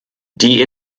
die